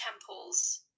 temples